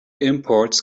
imports